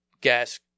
gas